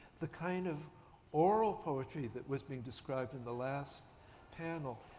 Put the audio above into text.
the kind of oral poetry that was being described in the last panel,